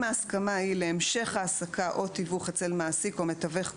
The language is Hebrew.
ההסכמה היא להמשך העסקה או תיווך אצל מעסיק או מתווך קודם,